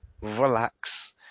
relax